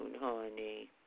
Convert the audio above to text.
honey